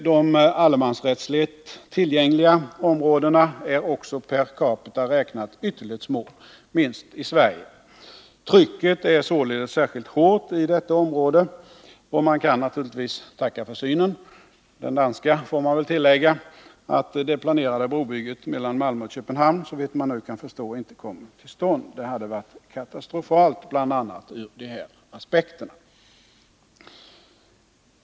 De allemansrättsligt tillgängliga områdena är också per capita räknat ytterligt små — minst i Sverige. Trycket är således särskilt hårt i detta område, och man kan naturligtvis tacka försynen — den danska, får man väl tillägga — för att det planerade brobygget mellan Malmö och Köpenhamn såvitt man nu kan förstå inte kommer till stånd. Det hade varit katastrofalt bl.a. ur de här aspekterna.